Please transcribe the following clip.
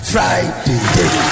Friday